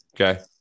Okay